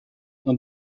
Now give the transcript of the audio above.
dans